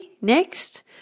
next